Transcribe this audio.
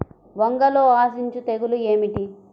వంగలో ఆశించు తెగులు ఏమిటి?